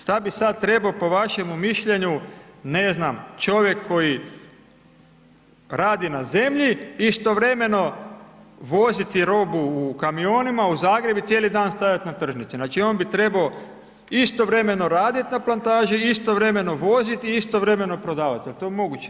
Šta bi sad trebao po vašemu mišljenju, ne znam, čovjek koji radi na zemlji, istovremeno voziti robu u kamionima u Zagreb i cijeli dan stajat na tržnici, znači, on bi trebao istovremeno radit na plantaži, istovremeno vozit i istovremeno prodavat, jel to moguć?